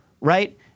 right